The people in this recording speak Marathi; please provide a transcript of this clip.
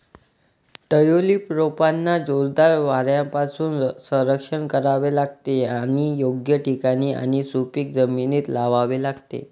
ट्यूलिप रोपांना जोरदार वाऱ्यापासून संरक्षण करावे लागते आणि योग्य ठिकाणी आणि सुपीक जमिनीत लावावे लागते